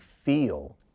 feel